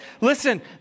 Listen